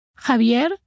Javier